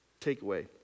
takeaway